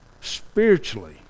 spiritually